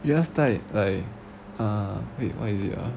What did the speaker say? just type like uh what is it ah